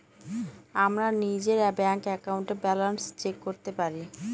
আমরা নিজের ব্যাঙ্ক একাউন্টে ব্যালান্স চেক করতে পারি